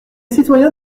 citoyens